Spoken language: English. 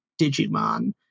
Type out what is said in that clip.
Digimon